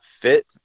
fit